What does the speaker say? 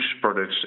products